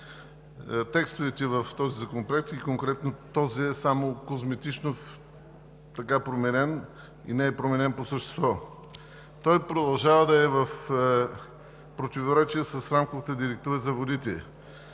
текстовете в този законопроект и конкретно този е само козметично променен и не е променен по същество. Той продължава да е в противоречие с Рамковата директива за водите,